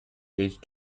aged